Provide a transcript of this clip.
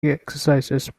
exercises